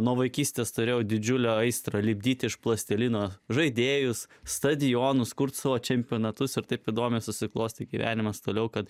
nuo vaikystės turėjau didžiulę aistrą lipdyti iš plastilino žaidėjus stadionus kurti savo čempionatus ir taip įdomiai susiklostė gyvenimas toliau kad